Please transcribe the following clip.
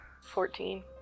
Fourteen